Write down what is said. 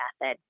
method